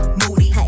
moody